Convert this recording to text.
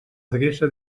adreça